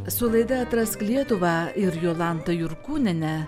su laida atrask lietuvą ir jolanta jurkūniene